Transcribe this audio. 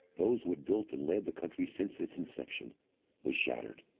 those who had built and led the country since its inception was shattered.